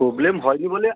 problem হয় নি বলে